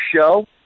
show